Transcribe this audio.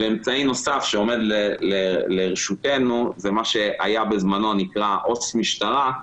אמצעי נוסף שעומד לרשותנו מה שבזמנו נקרא עו"ס משטרה.